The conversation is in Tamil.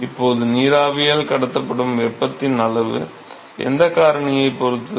இப்போது நீராவியால் கடத்தப்படும் வெப்பத்தின் அளவு எந்தக் காரணியைப் பொறுத்தது